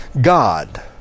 God